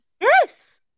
yes